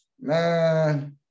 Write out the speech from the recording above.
man